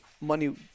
money